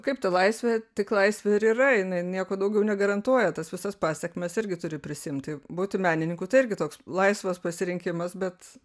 kaip ta laisvė tik laisvė ir yra jinai nieko daugiau negarantuoja tas visas pasekmes irgi turi prisiimti būti menininku tai irgi toks laisvas pasirinkimas bet